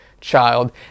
child